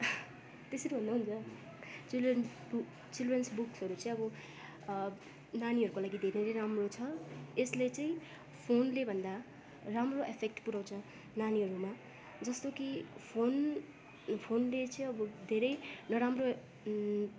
त्यसरी हुन्न नि त चिल्ड्रेन चिल्ड्रेन्स बुक्सहरू चाहिँ अब नानीहरूको लागि धेरै नै राम्रो छ यसले चाहिँ फोनले भन्दा राम्रो इफेक्ट पुऱ्याउँछ नानीहरूमा जस्तो कि फोन फोनले चाहिँ अब धेरै नराम्रो